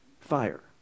fire